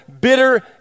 bitter